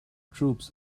troops